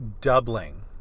doubling